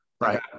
Right